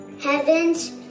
heavens